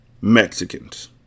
Mexicans